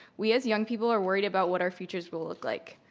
we, as young people, are worried about what our futures will look like.